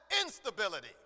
instability